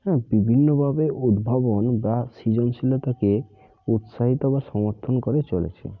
হ্যাঁ বিভিন্নভাবে উদ্ভাবন বা সৃজনশীলতাকে উৎসাহিত বা সমর্থন করে চলছে